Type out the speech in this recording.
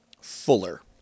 Fuller